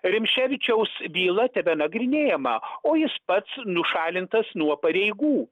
rimšėvičiaus byla tebenagrinėjama o jis pats nušalintas nuo pareigų